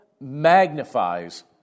magnifies